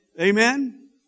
Amen